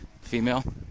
female